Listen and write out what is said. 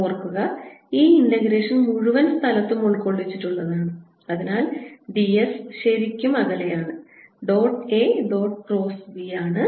ഓർക്കുക ഈ ഇൻ്റഗ്രേഷൻ മുഴുവൻ സ്ഥലത്തും ഉൾക്കൊള്ളിച്ചിട്ടുള്ള താണ് അതിനാൽ ds ശരിക്കും അകലെയാണ് ഡോട്ട് A ക്രോസ് B ആണ്